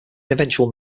eventual